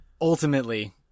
ultimately